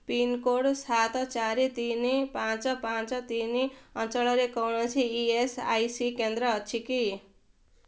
pincode ସାତ ଚାରି ତିନି ପାଞ୍ଚ ପାଞ୍ଚ ତିନି ଅଞ୍ଚଳରେ କୌଣସି ଇ ଏସ୍ ଆଇ ସି କେନ୍ଦ୍ର ଅଛି କି